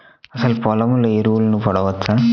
అసలు పొలంలో ఎరువులను వాడవచ్చా?